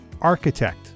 architect